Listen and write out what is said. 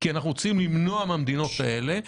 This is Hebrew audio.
כי אנחנו רוצים למנוע כניסה מהמדינות האלה.